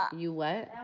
you